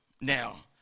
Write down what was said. now